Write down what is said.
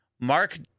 Mark